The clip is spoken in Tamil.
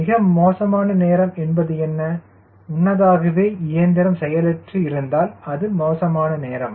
மிக மோசமான நேரம் என்பது என்ன முன்னதாகவே இயந்திரம் செயலற்று இருந்தால் அது மோசமான நேரம்